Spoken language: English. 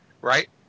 right